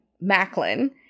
Macklin